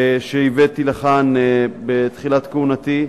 שהבאתי לכאן בתחילת כהונתי,